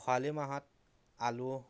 খৰালি মাহত আলু